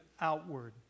outward